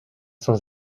sans